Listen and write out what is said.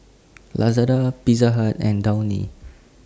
Lazada Pizza Hut and Downy